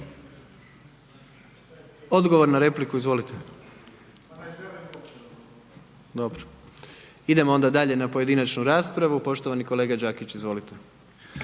Odgovor na repliku, izvolite. …/Upadica se ne čuje./… Dobro. Idemo onda dalje na pojedinačnu raspravu, poštovani kolega Đakić, izvolite.